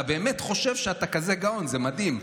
אתה באמת חושב שאתה כזה גאון, זה מדהים.